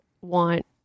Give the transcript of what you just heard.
want